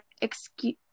excuse